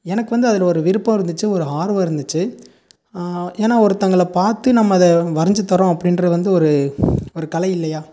எனக்கு வந்து அதில் ஒரு விருப்பம் இருந்துச்சு ஒரு ஆர்வம் இருந்துச்சு ஏன்னா ஒருத்தங்கள பார்த்து நம்ம அதை வரைஞ்சி தரோம் அப்படின்ற வந்து ஒரு ஒரு கலை இல்லையா